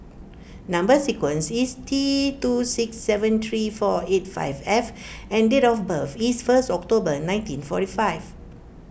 Number Sequence is T two six seven three four eight five F and date of birth is first October nineteen forty five